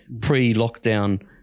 pre-lockdown